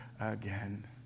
again